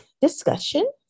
discussion